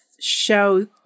show